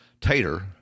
Tater